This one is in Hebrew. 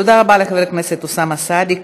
תודה רבה לחבר הכנסת אוסאמה סעדי.